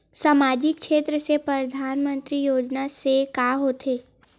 सामजिक क्षेत्र से परधानमंतरी योजना से का होथे?